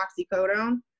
oxycodone